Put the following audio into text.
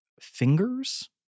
Fingers